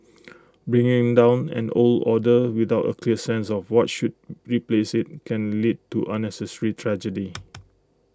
bringing down an old order without A clear sense of what should replace IT can lead to unnecessary tragedy